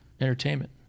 entertainment